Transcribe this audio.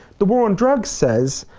the war on drugs says,